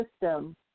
system